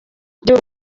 igihe